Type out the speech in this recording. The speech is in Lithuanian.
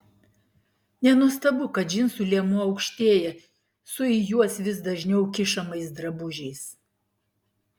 nenuostabu kad džinsų liemuo aukštėja su į juos vis dažniau kišamais drabužiais